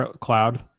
cloud